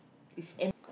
is